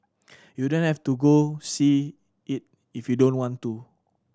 you don't have to go see it if you don't want to